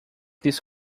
this